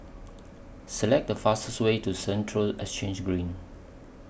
Select The fastest Way to Central Exchange Green